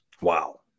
Wow